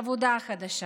עבודה חדשה.